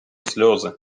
сльози